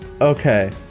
Okay